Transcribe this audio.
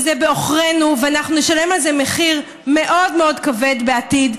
זה בעוכרינו ואנחנו נשלם על זה מחיר מאוד מאוד כבד בעתיד.